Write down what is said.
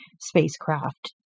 spacecraft